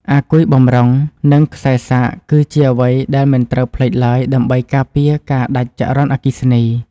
អាគុយបម្រុង និង ខ្សែសាកគឺជាអ្វីដែលមិនត្រូវភ្លេចឡើយដើម្បីការពារការដាច់ចរន្តអគ្គិសនី។